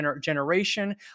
generation